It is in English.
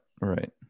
right